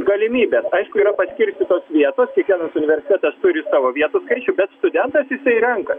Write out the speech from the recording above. galimybės aišku yra paskirstytos vietos kiekvienas universitetas turi savo vietų skaičių bet studentas jisai renka